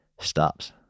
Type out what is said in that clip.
stops